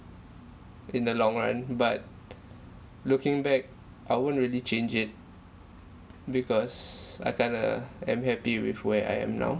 in the long run but looking back I won't really change it because I kind of am happy with where I am now